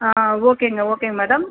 ஆ ஓகேங்க ஓகேங்க மேடம்